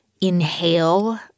inhale